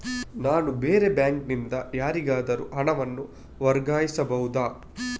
ನಾನು ಬೇರೆ ಬ್ಯಾಂಕ್ ನಿಂದ ಯಾರಿಗಾದರೂ ಹಣವನ್ನು ವರ್ಗಾಯಿಸಬಹುದ?